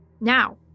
Now